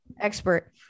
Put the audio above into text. expert